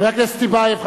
חבר הכנסת טיבייב.